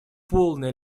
полная